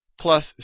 plus